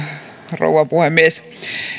rouva puhemies